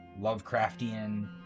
Lovecraftian